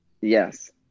Yes